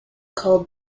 called